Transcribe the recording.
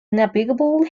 navigable